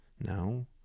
no